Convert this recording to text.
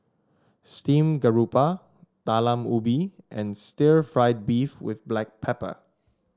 Steamed Garoupa Talam Ubi and Stir Fried Beef with Black Pepper